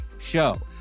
show